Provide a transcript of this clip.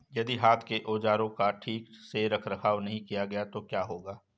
यदि हाथ के औजारों का ठीक से रखरखाव नहीं किया गया तो क्या होगा?